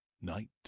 Night